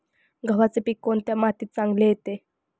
गव्हाचे पीक कोणत्या मातीत चांगले येते?